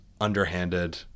underhanded